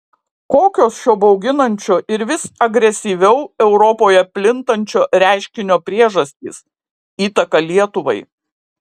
kokios šio bauginančio ir vis agresyviau europoje plintančio reiškinio priežastys įtaka lietuvai